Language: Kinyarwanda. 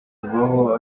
bibaho